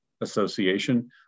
association